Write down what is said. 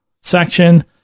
section